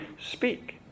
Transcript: speak